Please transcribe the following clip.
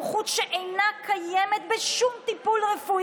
אינו נוכח רם בן ברק,